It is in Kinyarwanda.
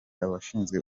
abashinzwe